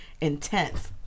intense